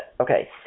Okay